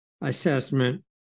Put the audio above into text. assessment